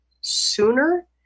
sooner